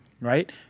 right